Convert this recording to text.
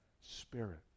spirit